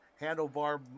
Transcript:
handlebar